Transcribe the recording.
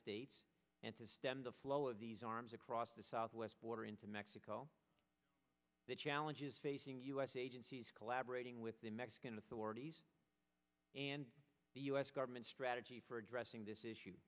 states and to stem the flow of these arms across the southwest border into mexico the challenges facing u s agencies collaborating with the mexican authorities and the u s government strategy for addressing this issue